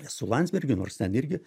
su landsbergiu nors ten irgi